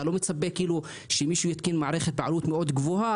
אתה לא מצפה שמישהו יתקין מערכת בעלות גבוהה מאוד